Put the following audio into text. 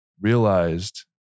realized